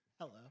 Hello